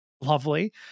Lovely